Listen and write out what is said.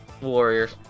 Warriors